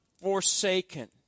forsaken